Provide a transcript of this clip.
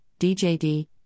DJD